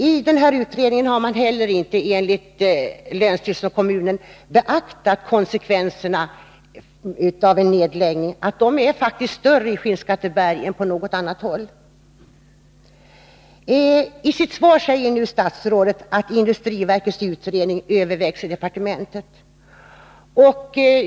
I den här utredningen har man enligt länsstyrelsen och kommunen inte heller beaktat konsekvenserna av en nedläggning. De är faktiskt större i Skinnskatteberg än på något annat håll. I sitt svar säger statsrådet att industriverkets utredning övervägs i departementet.